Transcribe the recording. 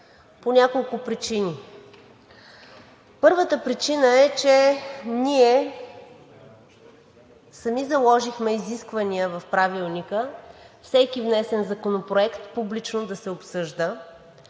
по няколко причини. Първата причина е, че ние сами заложихме изисквания в Правилника всеки внесен законопроект публично да се обсъжда